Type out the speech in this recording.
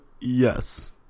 yes